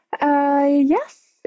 Yes